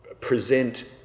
present